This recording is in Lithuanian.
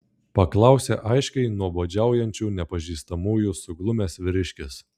paklausė aiškiai nuobodžiaujančių nepažįstamųjų suglumęs vyriškis